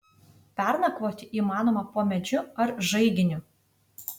pernakvoti įmanoma po medžiu ar žaiginiu